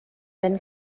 been